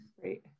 Great